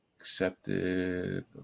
Accepted